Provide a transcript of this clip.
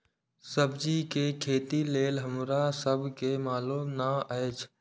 सब्जी के खेती लेल हमरा सब के मालुम न एछ?